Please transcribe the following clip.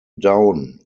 down